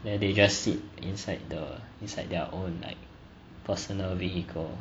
then they just sit inside the inside their own like personal vehicle